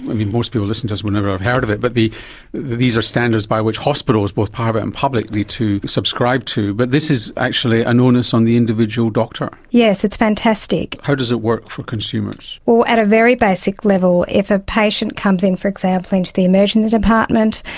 mean, most people listening to us will never have heard of it, but these are standards by which hospitals, both private and public, need to subscribe to. but this is actually an onus on the individual doctor. yes, it's fantastic. how does it work for consumers? well, at a very basic level if a patient comes in, for example, into the emergency department,